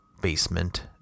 Basement